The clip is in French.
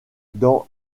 dans